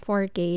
4k